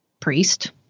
Priest